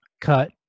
cut